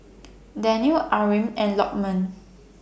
Danial Amrin and Lokman